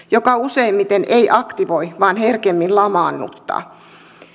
joka useimmiten ei aktivoi vaan herkemmin lamaannuttaa